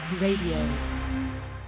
Radio